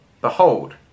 behold